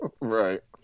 Right